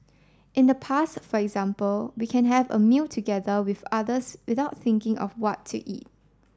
in the past for example we can have a meal together with others without thinking of what to eat